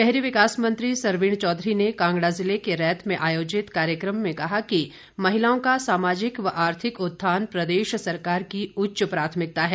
शहरी विकास मंत्री सरवीण चौधरी ने कांगड़ा जिले के रैत में आयोजित कार्यक्रम में कहा कि महिलाओं का सामाजिक व आर्थिक उत्थान प्रदेश सरकार की उच्च प्राथमिकता है